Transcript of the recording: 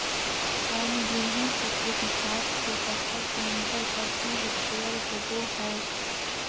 कौन गेंहू के किस्म साठ से सत्तर क्विंटल प्रति हेक्टेयर होबो हाय?